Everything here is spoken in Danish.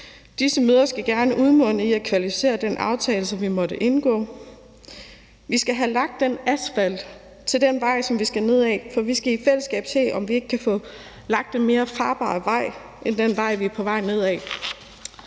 Disse møder skal gerne udmunde i at kvalificere den aftale, som vi måtte indgå. Vi skal have lagt asfalten til den vej, som vi skal ned ad, for vi skal i fællesskab se, om vi ikke kan få lagt mere farbar vej end den vej, vi er på vej ned ad.